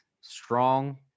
strong